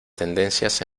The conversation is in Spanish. tendencias